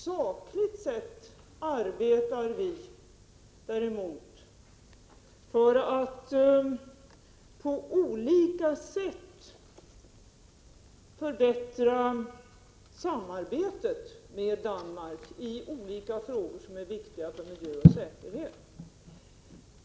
Sakligt sett arbetar vi däremot för att på olika sätt förbättra samarbetet med Danmark i olika frågor som är viktiga för miljö och säkerhet.